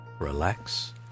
relax